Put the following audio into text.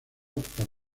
por